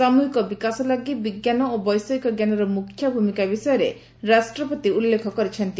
ସାମୃହିକ ବିକାଶ ଲାଗି ବିଜ୍ଞାନ ଓ ବୈଷୟିକ ଜ୍ଞାନର ମୁଖ୍ୟଭୂମିକା ବିଷୟରେ ରାଷ୍ଟ୍ରପତି ଉଲ୍ଲେଖ କରିଛନ୍ତି